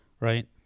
Right